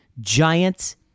Giants